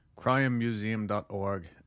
CrimeMuseum.org